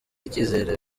icyizere